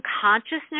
consciousness